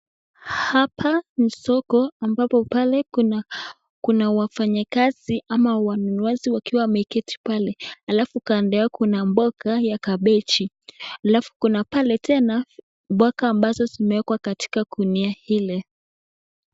Hapa ni soko ambapo pale kuna wafanyikazi ama wanunuaji wakiwa wameketi pale alafu kando yake kuna mboga ya kabeji alafu kuna pale tena mboga ambazo zimewekwa katika gunia hili.